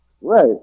Right